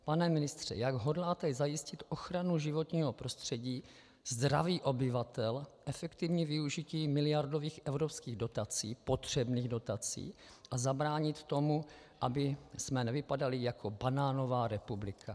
Pane ministře, jak hodláte zajistit ochranu životního prostředí, zdraví obyvatel, efektivní využití miliardových evropských dotací, potřebných dotací, a zabránit tomu, abychom nevypadali jako banánová republika?